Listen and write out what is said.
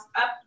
up